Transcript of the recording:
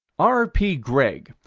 r p. greg,